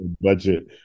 budget